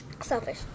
selfish